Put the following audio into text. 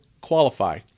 qualify